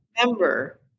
remember